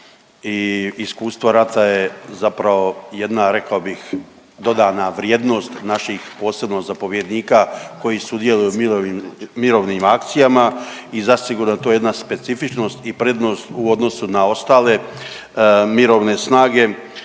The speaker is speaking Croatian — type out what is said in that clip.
i iskustvo rata je zapravo jedna rekao bih dodana vrijednost naših posebno zapovjednika koji sudjeluju u mirovnim akcijama i zasigurno to je jedna specifičnost i prednost u odnosu na ostale mirovne snage,